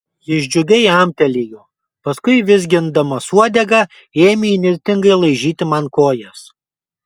jis džiugiai amtelėjo paskui vizgindamas uodegą ėmė įnirtingai laižyti man kojas